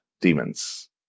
demons